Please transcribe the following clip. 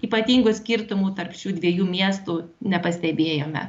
ypatingų skirtumų tarp šių dviejų miestų nepastebėjome